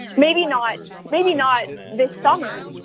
maybe not maybe not this summer